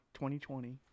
2020